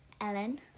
Ellen